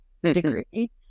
degree